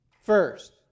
First